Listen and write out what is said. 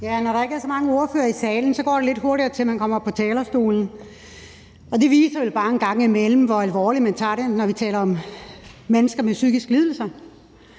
Når der ikke er så mange ordførere i salen, går det lidt hurtigere med, at man kommer op på talerstolen, og det viser vel bare en gang imellem, hvor alvorligt man tager det, når vi taler om mennesker med psykiske lidelser,